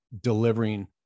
delivering